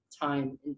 time